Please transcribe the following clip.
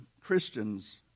Christians